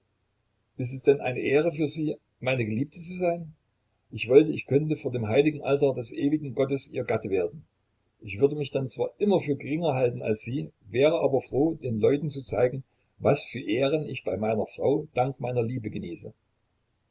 ist es denn eine ehre für sie meine geliebte zu sein ich wollte ich könnte vor dem heiligen altar des ewigen gottes ihr gatte werden ich würde mich dann zwar immer für geringer halten als sie wäre aber froh den leuten zu zeigen was für ehren ich bei meiner frau dank meiner liebe genieße